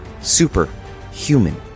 superhuman